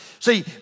See